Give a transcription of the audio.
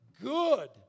good